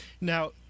Now